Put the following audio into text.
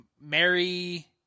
Mary